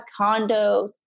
condos